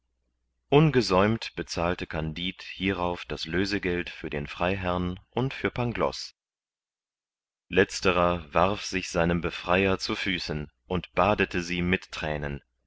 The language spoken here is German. ungesäumt bezahlte kandid hierauf das lösegeld für den freiherrn und für pangloß letzterer warf sich seinem befreier zu füßen und badete sie mit thränen